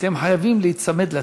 אתם חייבים להיצמד לטקסט,